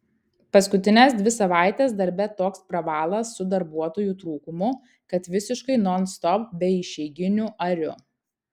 paskutines dvi savaites darbe toks pravalas su darbuotojų trūkumu kad visiškai nonstop be išeiginių ariu